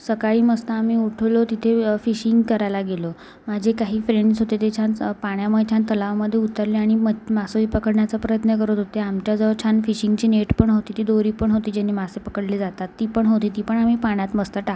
सकाळी मस्त आम्ही उठलो तिथे फिशिंग करायला गेलो माझे काही फ्रेंड्स होते ते छान पाण्यामध्ये छान तलावामध्ये उतरले आणि मच्छी मासोळी पकडण्याचा प्रयत्न करत होते आमच्याजवळ छान फिशिंगची नेट पण होती ती दोरी पण होती ज्यानी मासे पकडले जातात ती पण होती ती पण आम्ही पाण्यात मस्त टाकली